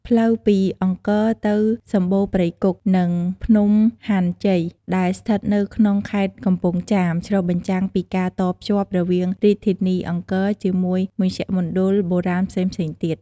ផ្លូវពីអង្គរទៅសម្បូណ៌ព្រៃគុក និងភ្នំហាន់ជ័យ ដែលស្ថិតនៅក្នុងខេត្តកំពង់ចាម ឆ្លុះបញ្ចាំងពីការតភ្ជាប់រវាងរាជធានីអង្គរជាមួយមជ្ឈមណ្ឌលបុរាណផ្សេងៗទៀត។